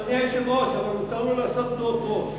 אדוני היושב-ראש, אבל מותר לו לעשות תנועות ראש.